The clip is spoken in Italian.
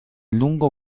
lungo